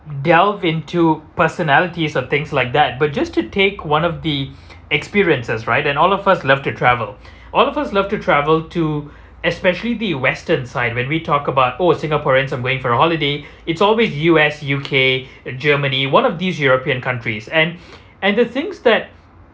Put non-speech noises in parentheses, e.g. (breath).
delved into personalities or things like that but just to take one of the (breath) experiences right and all of us love to travel (breath) all of us love to travel to especially the western side when we talk about oh singaporeans are going for a holiday it's always U_S U_K (breath) and germany one of these european countries and (breath) and the things that